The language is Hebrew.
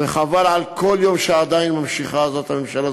וחבל על כל יום שהממשלה הזאת עדיין ממשיכה לתפקד.